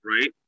right